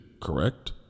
correct